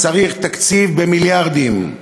צריך תקציב במיליארדים.